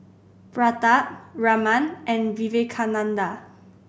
Pratap Raman and Vivekananda